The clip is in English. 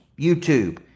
YouTube